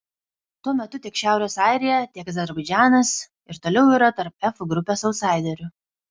tuo metu tiek šiaurės airija tiek azerbaidžanas ir toliau yra tarp f grupės autsaiderių